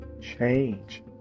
Change